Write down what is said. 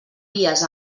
vies